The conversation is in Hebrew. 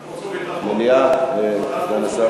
מליאה, מליאה.